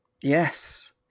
Yes